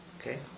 Okay